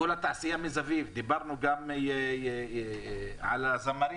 והתעשייה מסביב, נפגשנו גם עם הזמרים